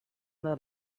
their